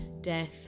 death